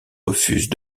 refusent